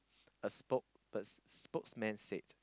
a spokeper~ spokesman said